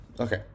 Okay